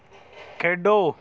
ਖੇਡੋ